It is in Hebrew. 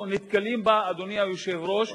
רוב הייצור הוא ליצוא.